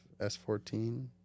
S14